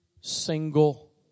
single